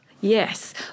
Yes